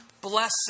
blessing